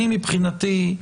מבחינתי,